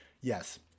yes